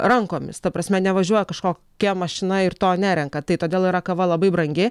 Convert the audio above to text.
rankomis ta prasme nevažiuoja kažkokia mašina ir to nerenka tai todėl yra kava labai brangi